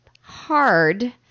hard